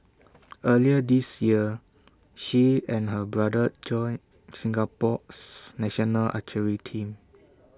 earlier this year she and her brother joined Singapore's national archery team